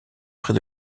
près